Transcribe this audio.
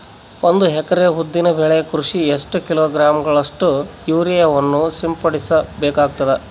ಒಂದು ಎಕರೆ ಉದ್ದಿನ ಬೆಳೆ ಕೃಷಿಗೆ ಎಷ್ಟು ಕಿಲೋಗ್ರಾಂ ಗಳಷ್ಟು ಯೂರಿಯಾವನ್ನು ಸಿಂಪಡಸ ಬೇಕಾಗತದಾ?